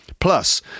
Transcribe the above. Plus